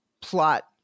plot